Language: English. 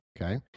okay